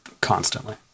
constantly